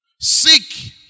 Seek